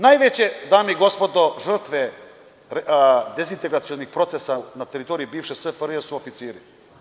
Najveće, dame i gospodo, žrtve dezintegracionih procesa na teritoriji bivše SFRJ su oficiri.